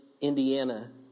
Indiana